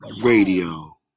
Radio